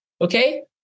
Okay